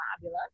fabulous